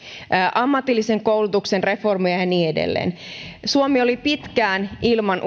ammatillisen koulutuksen reformia ja niin edelleen suomi oli pitkään ilman